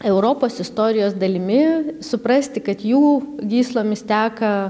europos istorijos dalimi suprasti kad jų gyslomis teka